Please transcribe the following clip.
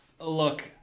look